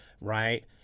Right